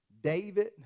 David